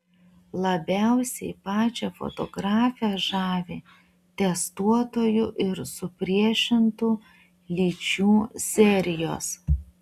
labiausiai pačią fotografę žavi testuotojų ir supriešintų lyčių serijos